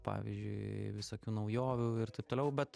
pavyzdžiui visokių naujovių ir taip toliau bet